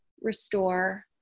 restore